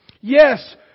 Yes